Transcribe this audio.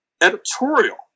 editorial